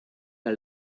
der